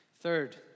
Third